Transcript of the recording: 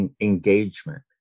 engagement